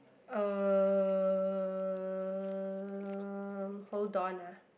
um hold on ah